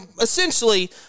essentially